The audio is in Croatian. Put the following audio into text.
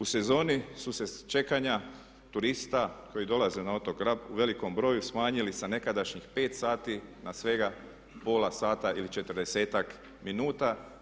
U sezoni su se čekanja turista koji dolaze na otok Rab u velikom broju smanjili sa nekadašnjih 5 sati na svega pola sata ili 40-ak minuta.